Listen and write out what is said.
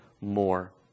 more